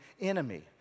enemy